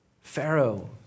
Pharaoh